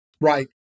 Right